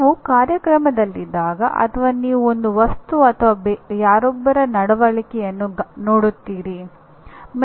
ನೀವು ಕಾರ್ಯಕ್ರಮದಲ್ಲಿದ್ದಾಗ ಅಥವಾ ನೀವು ಒಂದು ವಸ್ತು ಅಥವಾ ಯಾರೊಬ್ಬರ ನಡವಳಿಕೆಯನ್ನು ನೋಡುತ್ತೀರಿ